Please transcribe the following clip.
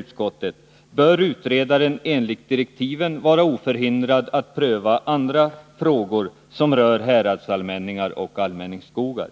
Utredaren bör emellertid enligt direktiven vara oförhindrad att pröva andra frågor som kan komma att aktualiseras under utredningsarbetets gång och som rör häradsallmänningar och allmänningsskogar.”